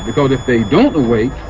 because if they don't awake,